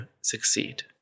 succeed